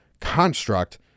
construct